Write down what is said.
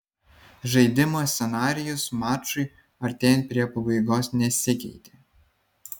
žaidimo scenarijus mačui artėjant prie pabaigos nesikeitė